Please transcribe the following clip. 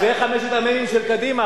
זה חמשת המ"מים של קדימה,